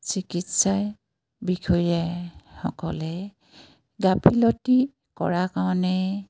চিকিৎসাই বিষয়াসকলে গাফিলতি কৰা কাৰণে